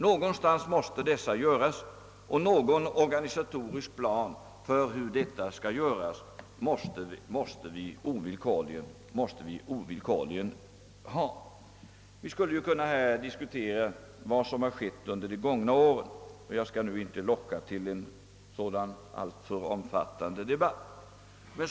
Någonstans måste sålunda begränsningar göras, och då måste vi ovillkorligen ha någon organisatorisk plan. Vi skulle ju här kunna diskutera vad som har skett under de gångna åren, men jag skall nu inte locka till en sådan alltför omfattande debatt.